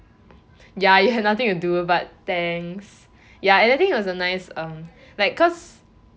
ya you had nothing to do but thanks ya that thing was a nice um like cause